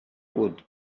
would